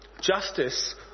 Justice